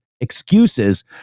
excuses